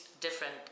different